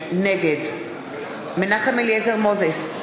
נגד מנחם אליעזר מוזס,